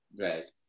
Right